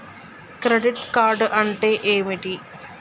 Credit card అంటే ఏమిటి?